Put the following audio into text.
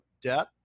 debt